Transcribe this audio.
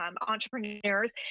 entrepreneurs